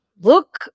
look